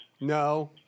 No